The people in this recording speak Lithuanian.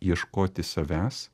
ieškoti savęs